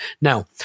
Now